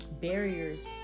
barriers